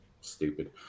Stupid